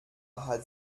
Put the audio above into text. hat